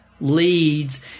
leads